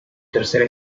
tercera